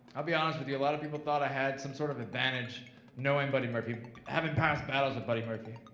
i'll be honest with you, a lot of people thought i had some sort of advantage knowing buddy murphy having past battles of buddy murphy.